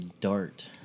dart